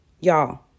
Y'all